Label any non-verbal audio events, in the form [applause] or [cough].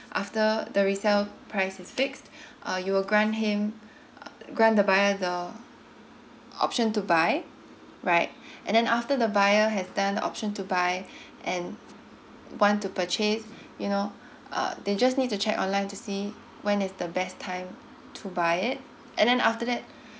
after the resell price is fixed [breath] uh you will grant him grab the buyer the option to buy right and then after the buyer has done option to buy [breath] and want to purchase you know uh they just need to check online to see when is the best time to buy it and then after that